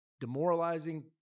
demoralizing